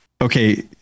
okay